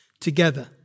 together